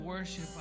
Worship